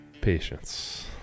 patience